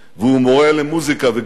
והוא מורה למוזיקה וגמרא.